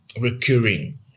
recurring